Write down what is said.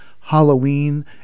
Halloween